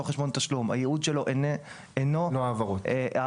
חשבון תשלום; הייעוד שלו אינו העברות.